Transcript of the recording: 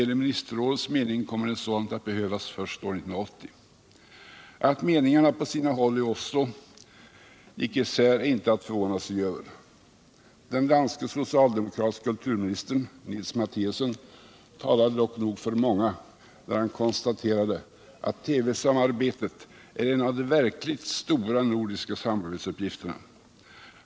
Enligt ministerrådets mening kommer ett sådant att behövas först år 1980. Att meningarna på sina håll i Oslo gick isär är icke att förvåna sig över. Men den danske socialdemokratiske kulturministern Niels Matthiasen talade nog för många när han konstaterade att TV-samarbetet är en av de verkligt stora nordiska samarbetsuppgifterna.